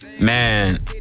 man